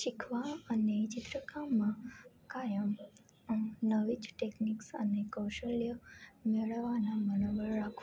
શીખવા અને ચિત્રકામમાં કાયમ આમ નવી જ ટેકનિક્સ અને કૌશલ્ય મેળવવાનો મનોબળ રાખવો